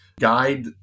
guide